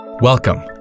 Welcome